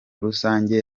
rusange